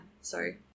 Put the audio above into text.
sorry